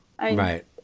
right